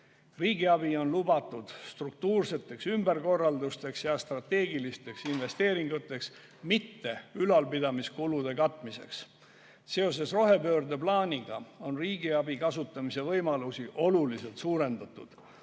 Riigiabi on lubatud struktuurseteks ümberkorraldusteks ja strateegilisteks investeeringuteks, mitte ülalpidamiskulude katmiseks. Seoses rohepöörde plaaniga on riigiabi kasutamise võimalusi oluliselt suurendatud.